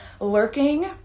lurking